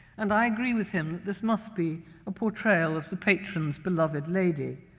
and i agree with him this must be a portrayal of the patron's beloved lady.